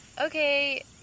okay